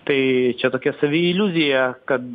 tai čia tokia saviiliuzija kad